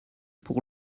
pour